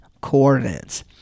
coordinates